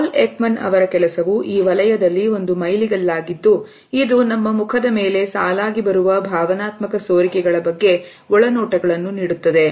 Paul Ekman ಅವರ ಕೆಲಸವು ಈ ವಲಯದಲ್ಲಿ ಒಂದು ಮೈಲಿಗಲ್ಲಾಗಿದ್ದು ಇದು ನಮ್ಮ ಮುಖದ ಮೇಲೆ ಸಾಲಾಗಿ ಬರುವ ಭಾವನಾತ್ಮಕ ಸೋರಿಕೆ ಗಳ ಬಗ್ಗೆ ಒಳನೋಟಗಳನ್ನು ನೀಡುತ್ತದೆ